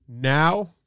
Now